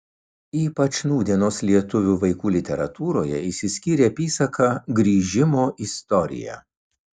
ypač nūdienos lietuvių vaikų literatūroje išsiskyrė apysaka grįžimo istorija